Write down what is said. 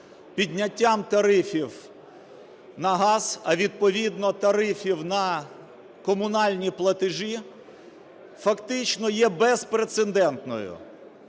підняттям тарифів на газ, а, відповідно, тарифів на комунальні платежі, фактично є безпрецедентною.